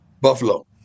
Buffalo